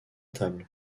table